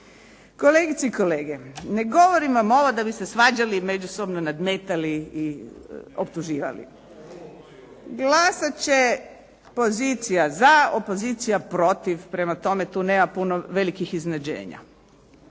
Kolegice i kolege, ne govorim vam ovo da bi se svađali i međusobno nadmetali i optuživali. Glasat će pozicija za, opozicija protiv. prema tome, nema puno velikih iznenađenja.